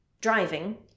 driving